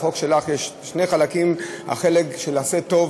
לחוק שלך יש שני חלקים: החלק של "עשה טוב"